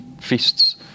feasts